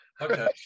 okay